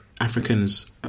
Africans